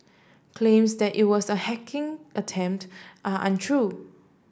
claims that it was a hacking attempt are untrue